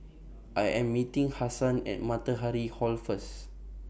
I Am meeting Hasan At Matahari Hall First